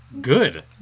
good